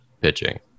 pitching